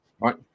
right